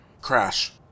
Crash